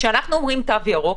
כשאנחנו אומרים תו ירוק,